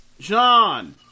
John